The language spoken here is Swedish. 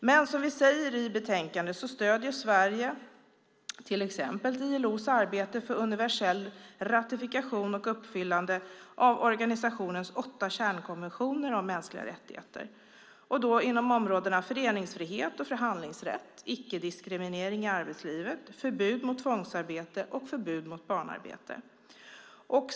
Men som vi säger i betänkandet stöder Sverige till exempel ILO:s arbete för universell ratifikation och uppfyllande av organisationens åtta kärnkonventioner om mänskliga rättigheter. Det sker inom områdena föreningsfrihet och förhandlingsrätt, icke-diskriminering i arbetslivet, förbud mot tvångsarbete och förbud mot barnarbete.